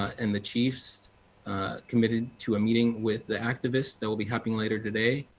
and the chiefs committed to a meeting with the activists that will be happening later today.